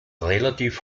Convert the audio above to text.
relativ